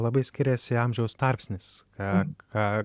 labai skiriasi amžiaus tarpsnis ką ką